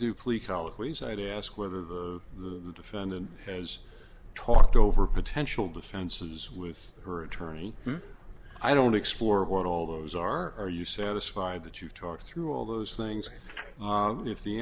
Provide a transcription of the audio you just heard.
i'd ask whether the defendant has talked over potential defenses with her attorney i don't explore what all those are are you satisfied that you've talked through all those things if the